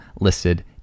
listed